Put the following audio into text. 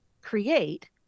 create